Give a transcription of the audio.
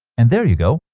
and there you go!